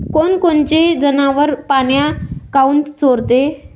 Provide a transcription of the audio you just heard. कोनकोनचे जनावरं पाना काऊन चोरते?